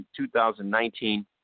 2019